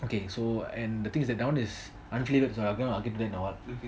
okay so and the thing is that down is there's unclear I can get in the market